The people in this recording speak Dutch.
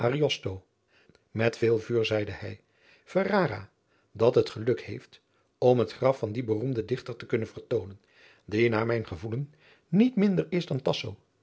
met veel vuur zeide hij ferrara dat het geluk heeft om het graf van dien beroemden dichter te kunnen vertoonen die naar mijn gevoelen niet minder is dan